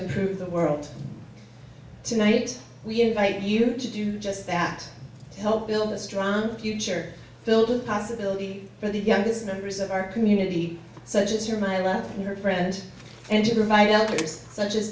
improve the world tonight we invite you to do just that help build a strong future build a possibility for the youngest members of our community such as your my life and her friends and to provide others such as